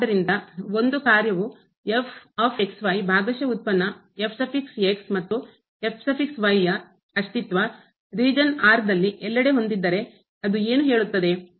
ಆದ್ದರಿಂದ ಒಂದು ಕಾರ್ಯವು ಭಾಗಶಃ ಉತ್ಪನ್ನ ಮತ್ತು ಯ ಅಸ್ತಿತ್ವ ರೀಜನ್ ಪ್ರದೇಶದ ಲ್ಲಿ ಎಲ್ಲೆಡೆ ಹೊಂದಿದ್ದರೆ ಅದು ಏನು ಹೇಳುತ್ತದೆ